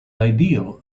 ideal